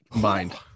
Mind